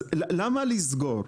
אז למה לסגור?